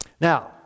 Now